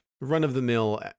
run-of-the-mill